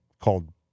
called